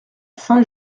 saint